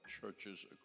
churches